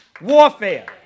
warfare